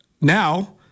now